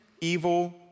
evil